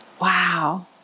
Wow